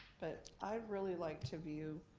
but i'd really like to view,